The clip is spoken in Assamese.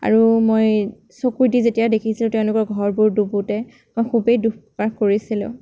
আৰু মই চকুৱেদি যেতিয়া দেখিছিলোঁ তেওঁলোকৰ ঘৰবোৰ ডুবুতে মই খুবেই দুখ প্ৰকাশ কৰিছিলোঁ